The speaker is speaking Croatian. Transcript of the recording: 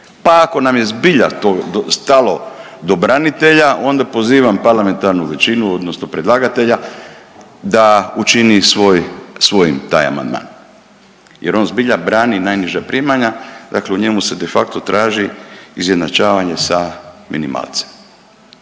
Pa ako nam je zbilja to stalo do branitelja, onda pozivam parlamentarnu većinu, odnosno predlagatelja da učini svojim taj amandman jer on zbilja brani najniža primanja. Dakle, u njemu se de facto traži izjednačavanje sa minimalcem